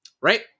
right